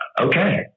okay